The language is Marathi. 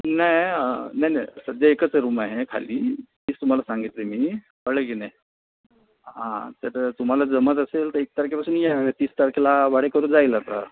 नाही नाही नाही सध्या एकच आहे रूम आहे खाली तीच तुम्हाला सांगितली मी कळलं की नाही हां तर तुम्हाला जमत असेल तर एक तारखेपासून या तीस तारखेला हा भाडेकरू जाईल आता